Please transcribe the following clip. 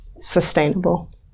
sustainable